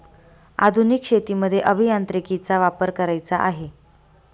आधुनिक शेतीमध्ये अभियांत्रिकीचा वापर करायचा आहे